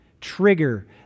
trigger